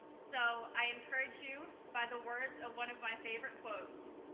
so, i encourage you by the words of one of my favorite quotes,